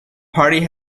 party